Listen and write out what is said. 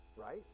right